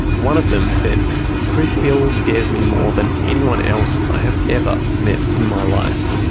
one of them said chris hill scares me more than anyone else i have ever met in my life.